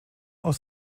aus